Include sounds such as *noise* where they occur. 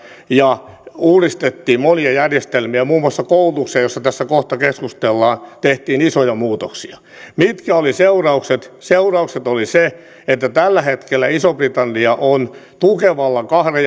ja uudistettiin monia järjestelmiä muun muassa koulutukseen jossa tässä kohta keskustellaan tehtiin isoja muutoksia mitkä olivat seuraukset seuraukset olivat ne että tällä hetkellä iso britannia on tukevalla kahden *unintelligible*